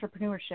entrepreneurship